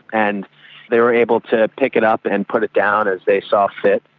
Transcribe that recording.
and they were able to pick it up and put it down as they saw fit.